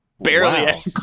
Barely